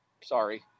Sorry